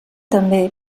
també